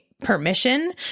permission